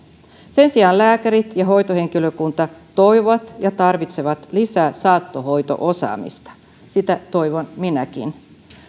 sen sijaan lääkärit ja hoitohenkilökunta toivovat ja tarvitsevat lisää saattohoito osaamista sitä toivon minäkin